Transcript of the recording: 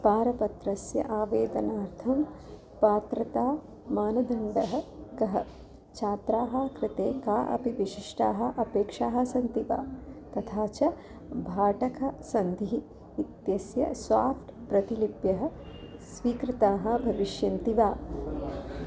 पारपत्रस्य आवेदनार्थं पात्रता मानदण्डः कः छात्राः कृते का अपि विशिष्टाः अपेक्षाः सन्ति वा तथा च भाटकसन्धिः इत्यस्य साफ़्ट् प्रतिलिप्यः स्वीकृताः भविष्यन्ति वा